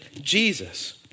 Jesus